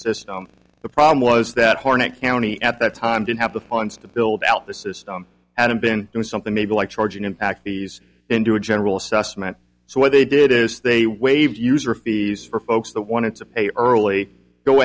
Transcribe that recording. system the problem was that harnett county at that time didn't have the funds to build out the system hadn't been doing something maybe like charging impact these into a general assessment so what they did is they waived user fees for folks that wanted to pay or early go